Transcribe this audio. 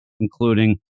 including